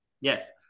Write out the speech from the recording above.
Yes